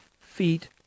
feet